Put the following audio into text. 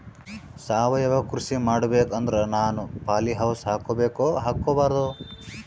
ಸಾವಯವ ಕೃಷಿ ಮಾಡಬೇಕು ಅಂದ್ರ ನಾನು ಪಾಲಿಹೌಸ್ ಹಾಕೋಬೇಕೊ ಹಾಕ್ಕೋಬಾರ್ದು?